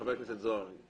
חבר הכנסת זוהר,